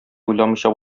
уйламыйча